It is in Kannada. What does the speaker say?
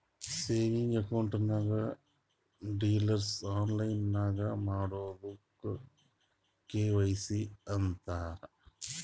ಸೇವಿಂಗ್ಸ್ ಅಕೌಂಟ್ ನಾಗ್ ಡೀಟೇಲ್ಸ್ ಆನ್ಲೈನ್ ನಾಗ್ ಮಾಡದುಕ್ ಕೆ.ವೈ.ಸಿ ಅಂತಾರ್